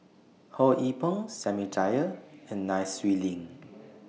Ho Yee Ping Samuel Dyer and Nai Swee Leng